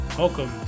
Welcome